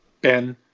Ben